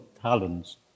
talents